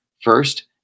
First